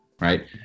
right